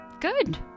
Good